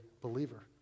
believer